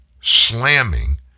slamming